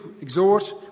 exhort